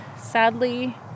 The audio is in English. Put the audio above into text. sadly